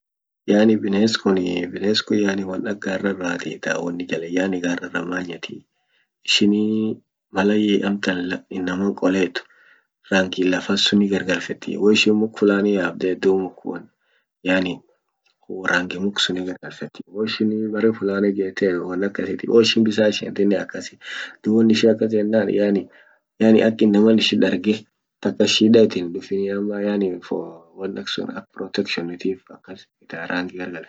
Yani bines kuni bines kun won ak garrarrat ta woni jala yani garrarrat manyat ishini mal amtan inaman qolet rangi lafa suni gargalfeti hoishin muk fulani yabdet dub yani rangi muk suni gargalfetii hoishin bere fulani ijemtet akasi hoishin bisan ishentine akasi dub won ishia akas yenan yani yani ak inaman ishi darge taka shida itin dufini ama yani for won aksun ak protection nitif akas ta rangi gargalfetii.